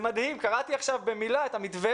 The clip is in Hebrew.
זה מדהים, קראתי עכשיו את המתווה,